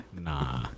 nah